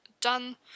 done